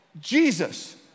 Jesus